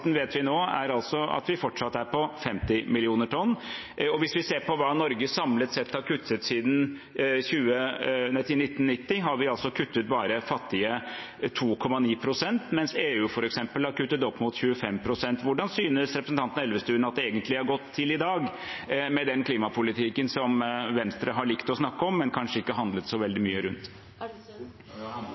vet vi nå er at vi fortsatt er på 50 millioner tonn. Hvis vi ser på hva Norge samlet sett har kuttet siden 1990, har vi altså bare kuttet fattige 2,9 pst., mens EU, f.eks., har kuttet opp mot 25 pst. Hvordan synes representanten Elvestuen det egentlig har gått fram til i dag med den klimapolitikken Venstre har likt å snakke om, men der de kanskje ikke har handlet så veldig mye?